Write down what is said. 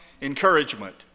encouragement